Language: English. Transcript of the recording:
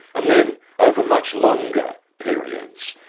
and then over much longer periods,